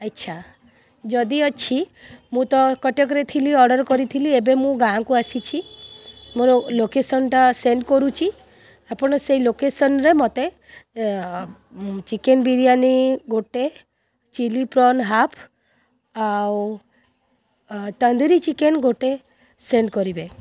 ଆଚ୍ଛା ଯଦି ଅଛି ମୁଁ ତ କଟକରେ ଥିଲି ଅର୍ଡର୍ କରିଥିଲି ଏବେ ଗାଁ କୁ ଆସିଛି ମୋର ଲୋକେସନ୍ଟା ସେଣ୍ଟ୍ କରୁଛି ଆପଣ ସେଇ ଲୋକେସନ୍ରେ ମୋତେ ଚିକେନ୍ ବିରିୟାନୀ ଗୋଟେ ଚିଲ୍ଲୀ ପ୍ରନ୍ ହାଫ୍ ଆଉ ତନ୍ଦୁରି ଚିକେନ୍ ଗୋଟିଏ ସେଣ୍ଡ୍ କରିବେ